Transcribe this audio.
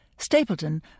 Stapleton